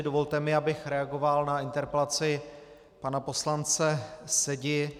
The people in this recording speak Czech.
Dovolte mi, abych reagoval na interpelaci pana poslance Sedi.